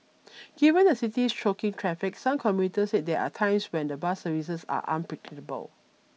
given the city's choking traffic some commuters said there are times when the bus services are unpredictable